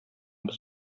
без